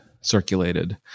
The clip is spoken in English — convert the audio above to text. circulated